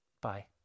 bye